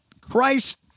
Christ